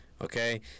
Okay